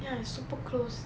ya super close